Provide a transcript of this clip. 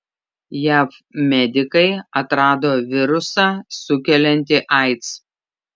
jav medikai atrado virusą sukeliantį aids